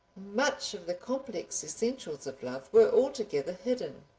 much of the complex essentials of love were altogether hidden.